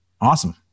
Awesome